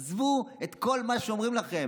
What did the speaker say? עזבו את כל מה שאומרים לכם,